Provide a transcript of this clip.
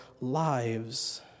lives